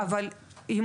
זהו,